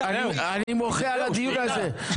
אני מוחה על הדיון הזה.